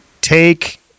take